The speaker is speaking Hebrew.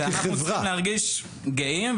אנחנו צריכים להרגיש גאים,